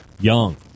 Young